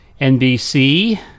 NBC